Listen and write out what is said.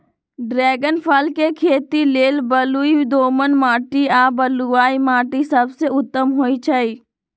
dragon फल के खेती लेल बलुई दोमट माटी आ बलुआइ माटि सबसे उत्तम होइ छइ